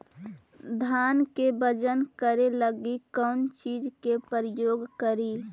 धान के बजन करे लगी कौन चिज के प्रयोग करि?